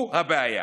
הוא הבעיה.